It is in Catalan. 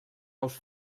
ous